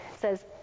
says